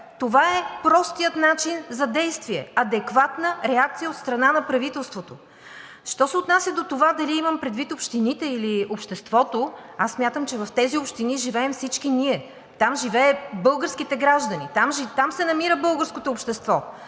Това е простият начин за действие – адекватна реакция, и то от страна на правителството. Що се отнася до това дали имам предвид общините, или обществото, аз смятам, че в тези общини живеем всички ние, там живеят българските граждани, там се намира българското общество,